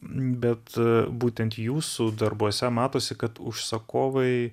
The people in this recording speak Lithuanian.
bet būtent jūsų darbuose matosi kad užsakovai